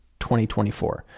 2024